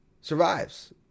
survives